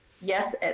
Yes